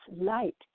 light